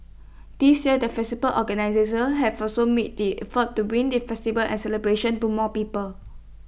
this year the feasible organisers have also made the effort to bring the festival and celebrations to more people